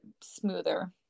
smoother